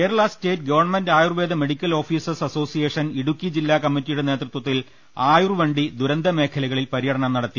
Kerala state government Ayurveda medical officers association Idukki ജില്ലാ കമ്മിറ്റിയുടെ നേതൃത്വത്തിൽ ആയുർവണ്ടി ദുരന്ത മേഖല കളിൽ പര്യടനം നടത്തി